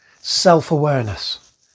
Self-awareness